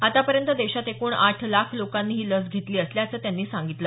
आतापर्यंत देशात एकूण आठ लाख लोकांनी ही लस घेतली असल्याचं त्यांनी सांगितलं